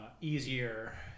easier